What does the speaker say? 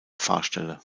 pfarrstelle